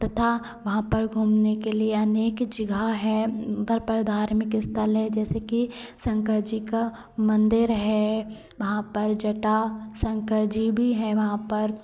तथा वहाँ पर घूमने के लिए अनेक जगह हैं उधर पर धार्मिक अस्थल है जैसे कि शंकर जी का मन्दिर है वहाँ पर जटाशंकर जी भी हैं वहाँ पर